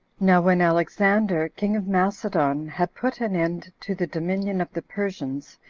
now when alexander, king of macedon, had put an end to the dominion of the persians,